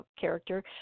character